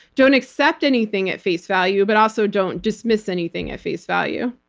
don't accept anything at face value, but also don't dismiss anything at face value.